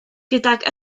gydag